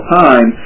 time